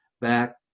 back